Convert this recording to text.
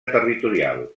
territorial